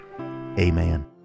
Amen